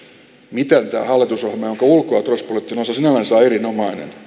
miten tämä hallitusohjelma jonka ulko ja turvallisuuspoliittinen osa sinällänsä on erinomainen